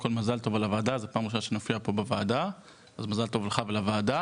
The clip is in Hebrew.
זו פעם ראשונה שלי פה בוועדה ואני רוצה לברך אותך ואת הוועדה